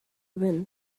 wind